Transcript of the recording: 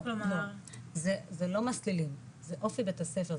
כלומר --- זה לא מסלילים זה אופי בית הספר,